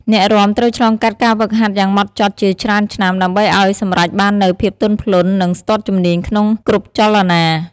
អ្នករាំត្រូវឆ្លងកាត់ការហ្វឹកហាត់យ៉ាងហ្មត់ចត់ជាច្រើនឆ្នាំ ដើម្បីឱ្យសម្រេចបាននូវភាពទន់ភ្លន់ និងស្ទាត់ជំនាញក្នុងគ្រប់ចលនា។